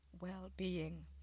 well-being